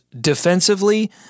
defensively